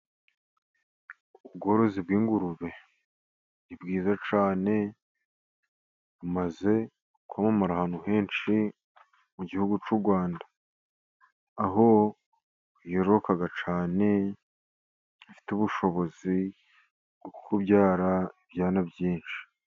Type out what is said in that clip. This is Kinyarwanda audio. Ubworozi bw'ingurube ni bwiza cyane, bumaze kwamamara ahantu henshi mu gihugu cy'u Rwanda. Aho yororoka cyane, ifite ubushobozi bwo kubyara ibyana byinshi.